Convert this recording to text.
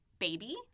baby